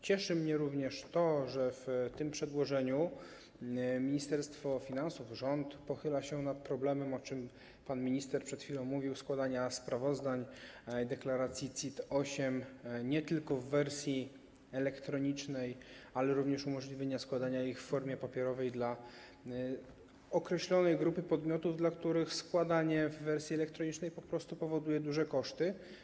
Cieszy mnie również to, że w tym przedłożeniu Ministerstwo Finansów i rząd pochylają się nad problemem - o czym pan minister przed chwilą mówił - składania sprawozdań, deklaracji CIT-8 nie tylko w wersji elektronicznej, ale również umożliwienia składania ich w formie papierowej określonej grupie podmiotów, dla których składanie w wersji elektronicznej po prostu powoduje duże koszty.